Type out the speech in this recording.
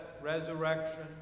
resurrection